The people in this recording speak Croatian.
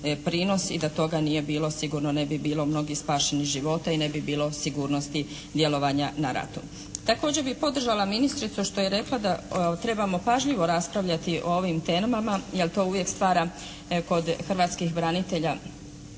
i da toga nije bilo sigurno ne bi bilo mnogih spašenih života i ne bi bilo sigurnosti djelovanja na …/Govornica se ne razumije./… Također bih podržala ministricu što je rekla da trebamo pažljivo raspravljati o ovim temama jer to uvijek stvara kod hrvatskih branitelja